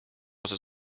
osa